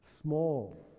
small